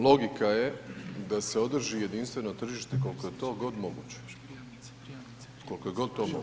Logika je da se održi jedinstveno tržite koliko je to god moguće, koliko je god to moguće.